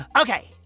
Okay